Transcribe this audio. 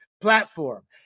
platform